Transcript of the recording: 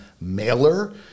mailer